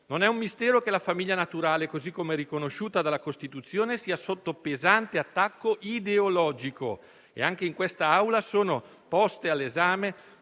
Non è un mistero che la famiglia naturale, così come riconosciuta dalla Costituzione, sia sotto pesante attacco ideologico e sono poste all'esame